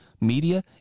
media